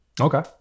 Okay